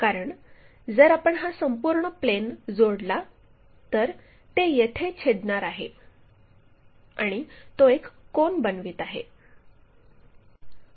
कारण जर आपण हा संपूर्ण प्लेन जोडला तर ते येथे छेदणार आहे आणि तो एक कोन बनवित आहे